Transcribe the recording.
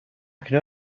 can